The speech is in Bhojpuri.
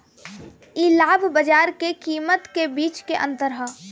इ लाभ बाजार के कीमत के बीच के अंतर ह